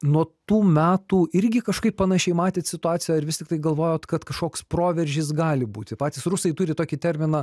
nuo tų metų irgi kažkaip panašiai matėt situaciją ar vis tiktai galvojot kad kažkoks proveržis gali būti patys rusai turi tokį terminą